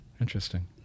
Interesting